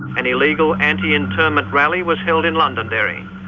an illegal anti-internment rally was held in londonderry.